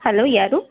hello ಯಾರು